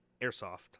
airsoft